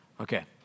Okay